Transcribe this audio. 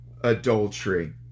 adultery